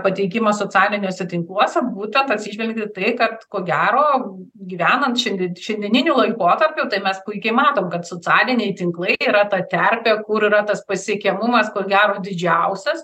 pateikimą socialiniuose tinkluose būtent atsižvelgiu į tai kad ko gero gyvenant šiandien šiandieniniu laikotarpiu tai mes puikiai matom kad socialiniai tinklai yra ta terpė kur yra tas pasiekiamumas ko gero didžiausias